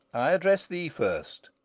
i address thee first,